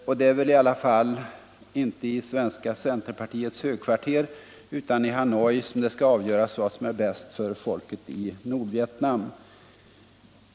Och det är väl ändå inte i det svenska centerpartiets högkvarter utan i Hanoi som det skall avgöras vad som är bäst för folket i Nordvietnam!